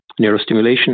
neurostimulation